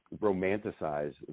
romanticize